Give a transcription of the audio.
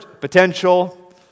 potential